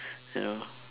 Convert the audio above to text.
you know